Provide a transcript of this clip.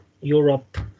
europe